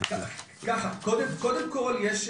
קודם כל יש,